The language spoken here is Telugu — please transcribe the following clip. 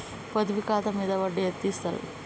పొదుపు ఖాతా మీద వడ్డీ ఎంతిస్తరు?